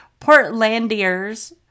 Portlandiers